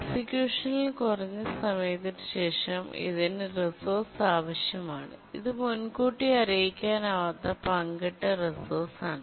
എക്സിക്യൂഷനിൽ കുറച്ച് സമയത്തിന് ശേഷം ഇതിന് റിസോഴ്സ് ആവശ്യമാണ് ഇത് മുൻകൂട്ടി അറിയിക്കാനാവാത്ത പങ്കിട്ട റിസോഴ്സാണ്